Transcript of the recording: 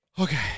Okay